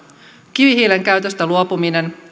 kivihiilen käytöstä luopuminen